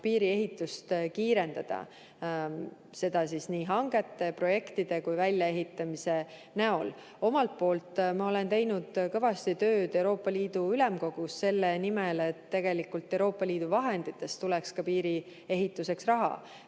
piiriehitust kiirendada, seda nii hangete, projektide kui väljaehitamise näol. Omalt poolt ma olen teinud kõvasti tööd Euroopa Ülemkogus selle nimel, et ka Euroopa Liidu vahenditest tuleks piiri ehituseks raha.